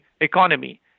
economy